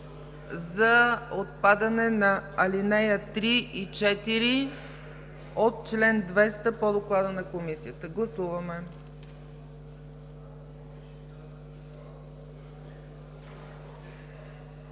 за отпадане на ал. 3 и 4 от чл. 200 по доклада на Комисията. Гласували